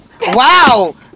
wow